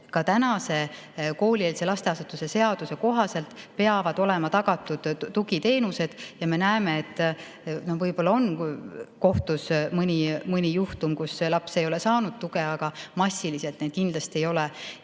Ka praeguse koolieelse lasteasutuse seaduse kohaselt peavad olema tugiteenused tagatud. Ja me näeme, et võib-olla on kohtus mõni juhtum, kus laps ei ole tuge saanud, aga massiliselt neid kindlasti ei ole. Ja